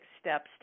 steps